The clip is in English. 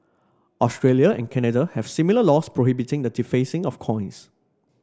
Australia and Canada have similar laws prohibiting the defacing of coins